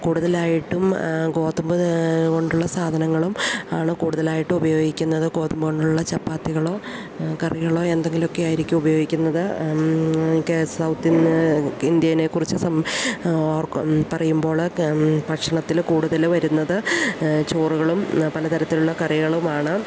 കൂടുതലായിട്ടും ഗോതമ്പ് കൊണ്ടുള്ള സാധനങ്ങളും ആണ് കൂടുതലായിട്ടും ഉപയോഗിക്കുന്നത് ഗോതമ്പ് കൊണ്ടുള്ള ചപ്പാത്തികളോ കറികളോ എന്തെങ്കിലുമൊക്കെ ആയിരിക്കും ഉപയോഗിക്കുന്നത് ക്കെ സൗത്ത് ഇന്ത്യ ഇന്ത്യയെക്കുറിച്ച് സം ഓർക്ക് പറയുമ്പോള് ഭക്ഷണത്തില് കൂടുതല് വരുന്നത് ചോറുകളും പലതരത്തിലുള്ള കറികളുമാണ്